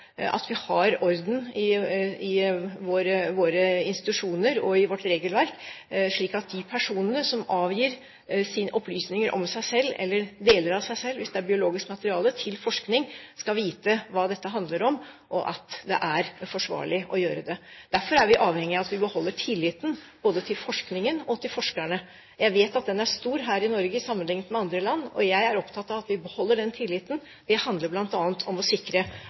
at vi har orden i våre institusjoner og vårt regelverk, slik at de personene som avgir opplysninger om seg selv eller deler av seg selv – hvis det er biologisk materiale – til forskning, skal vite hva dette handler om, og at det er forsvarlig å gjøre det. Derfor er vi avhengige av at vi beholder tilliten til både forskningen og forskerne. Jeg vet at den er stor her i Norge sammenliknet med andre land, og jeg er opptatt av at vi beholder den tilliten. Det handler bl.a. om å sikre